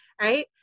right